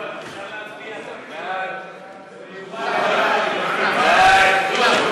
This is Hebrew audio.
ההצעה להעביר את הצעת חוק הרשות השנייה לטלוויזיה ורדיו (תיקון מס' 39),